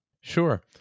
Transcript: Sure